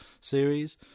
series